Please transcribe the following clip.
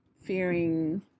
fearing